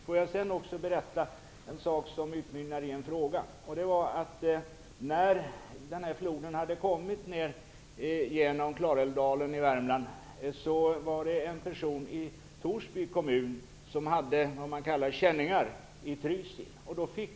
Får jag också berätta en sak som kommer att utmynna i ytterligare en fråga. När den här floden hade kommit ned genom Klarälvsdalen i Värmland var det en person i Torsby kommun som hade bekanta i Trysil.